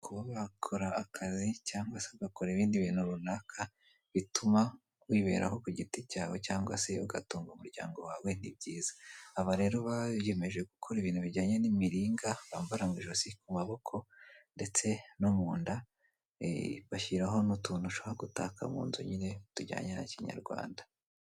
Kuba wakora akazi cyangwa ugakora ibindi bintu runaka bituma wiberaho ku giti cyawe cyangwa se ugatunga umuryango wawe ni byiza, aba rero biyemeje gukora ibintu bijyanye n'imiringa bambara mu ijosi, ku maboko ndetse no mu nda, bashyiraho n'utuntu ushobora gutaka mu nzu nyine tujyanye na Kinyarwanda.